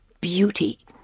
beauty